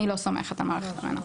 אני לא סומכת על מערכת המנ"ע.